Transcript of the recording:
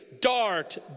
dart